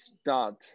start